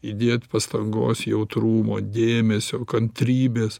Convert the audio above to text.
įdėt pastangos jautrumo dėmesio kantrybės